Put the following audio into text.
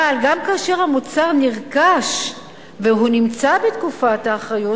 אבל גם כאשר המוצר נרכש והוא נמצא בתקופת האחריות,